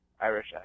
Irish